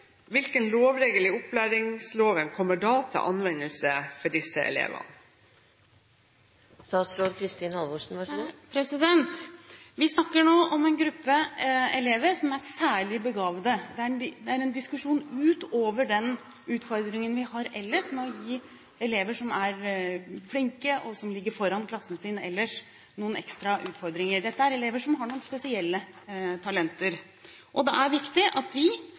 hvilken lovregel i opplæringslova kommer da til anvendelse for disse elevene?» Vi snakker nå om en gruppe elever som er særlig begavede. Det er en diskusjon utover den utfordringen vi ellers har med å gi elever som er flinke, og som ligger foran klassen sin, noen ekstra utfordringer. Dette er elever som har noen spesielle talenter, og det er viktig at de,